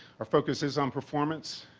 our focus is on performance.